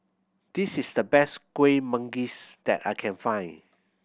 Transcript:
this is the best Kuih Manggis that I can find